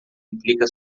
implica